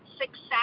success